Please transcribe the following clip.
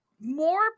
more